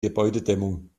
gebäudedämmung